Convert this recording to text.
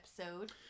episode